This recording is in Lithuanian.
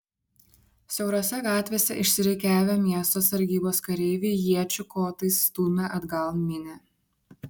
siaurose gatvėse išsirikiavę miesto sargybos kareiviai iečių kotais stūmė atgal minią